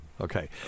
Okay